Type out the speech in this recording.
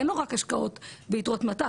אין לו רק השקעות ביתרות מטח,